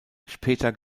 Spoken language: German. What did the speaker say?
später